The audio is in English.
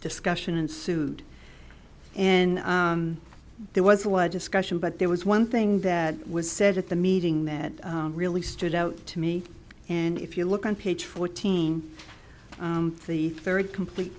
discussion ensued and there was a what discussion but there was one thing that was said at the meeting that really stood out to me and if you look on page fourteen the third complete